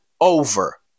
over